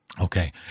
Okay